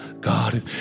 God